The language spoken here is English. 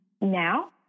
now